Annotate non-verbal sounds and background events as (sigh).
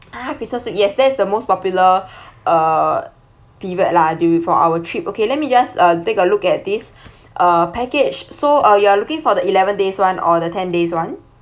ah christmas week yes that's the most popular (breath) uh period lah during for our trip okay let me uh just take a look at this uh package so uh you are looking for the eleven days [one] or the ten days [one]